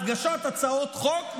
הגשת הצעות חוק,